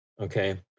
Okay